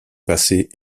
passée